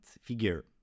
figure